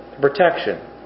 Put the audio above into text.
Protection